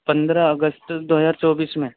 پندرہ اگست دو ہزار چوبیس میں